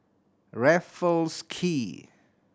Raffles Quay